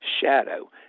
shadow